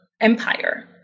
empire